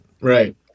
Right